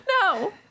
no